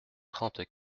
trente